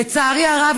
לצערי הרב,